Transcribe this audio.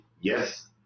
yes